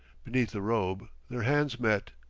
beneath the robe their hands met.